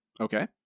Okay